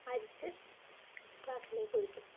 അരിച്ച് ഗ്ലാസിലേക്ക് ഒഴിക്കും